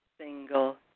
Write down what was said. single